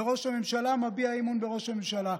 וראש הממשלה מביע אי-אמון בראש הממשלה.